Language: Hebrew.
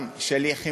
גם, שלי יחימוביץ,